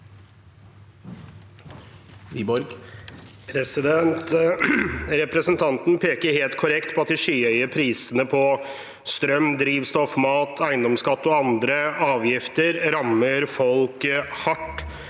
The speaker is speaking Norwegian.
Representanten peker helt korrekt på at de skyhøye prisene på strøm, drivstoff, mat, eiendomsskatt og andre avgifter rammer folk hardt.